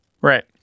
Right